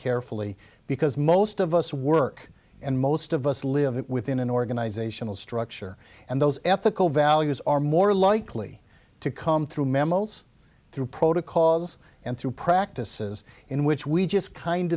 carefully because most of us work and most of us live within an organizational structure and those ethical values are more likely to come through mammals through protocols and through practices in which we just kind